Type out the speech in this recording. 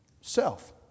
self